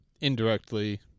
indirectly